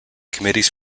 committees